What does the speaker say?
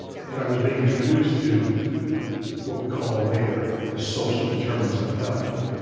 and i was being introduced to what we call later the social determinants of health,